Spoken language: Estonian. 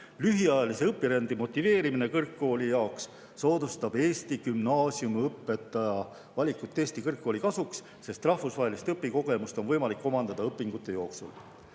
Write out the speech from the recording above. Lühiajalise õpirände motiveerimine kõrgkooli jaoks soodustab Eesti gümnaasiumilõpetajate valikut Eesti kõrgkooli kasuks, sest rahvusvahelist õpikogemust on võimalik omandada õpingute jooksul."